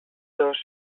dos